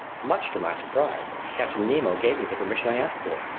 much to my surprise, captain nemo gave me the permission i asked for,